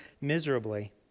miserably